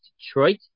Detroit